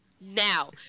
now